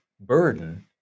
burden